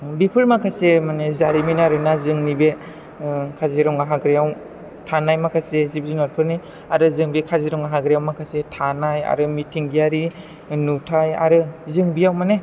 बेफोर माखासे माने जारिमिनारि आरो ना जोंनि बे काजिरङा हाग्रायाव थानाय माखासे जिब जुनारफोरनि आरो जों बे काजिरङा हाग्रायाव माखासे थानाय आरो मिथिंगायारि नुथाइ आरो जों बेयाव माने